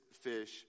fish